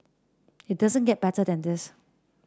it doesn't get better than this